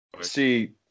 See